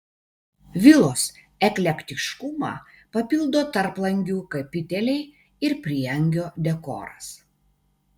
vilos eklektiškumą papildo tarplangių kapiteliai ir prieangio dekoras